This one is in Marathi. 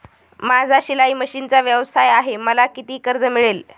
माझा शिलाई मशिनचा व्यवसाय आहे मला किती कर्ज मिळेल?